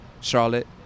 Charlotte